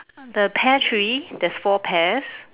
the pear tree there's four pears